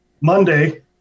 Monday